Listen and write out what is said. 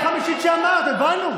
חבר הכנסת דיסטל, די.